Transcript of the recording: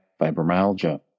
fibromyalgia